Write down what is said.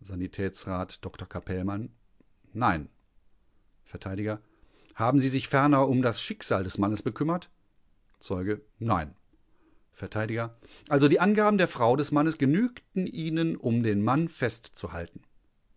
sanitätsrat dr capellmann nein vert haben sie sich ferner um das schicksal des mannes bekümmert zeuge nein vert also die angaben der frau des mannes genügten ihnen um den mann festzuhalten